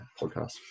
podcast